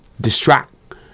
distract